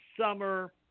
summer